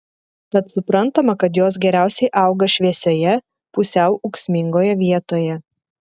tad suprantama kad jos geriausiai auga šviesioje pusiau ūksmingoje vietoje